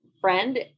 friend